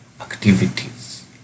activities